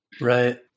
Right